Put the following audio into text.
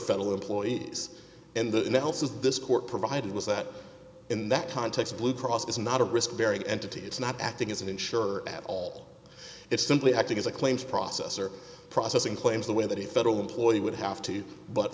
federal employees and the else is this court provided was that in that context blue cross is not a risk bearing entity it's not acting as an insurer at all it's simply acting as a claims process or processing claims the way that a federal employee would have to but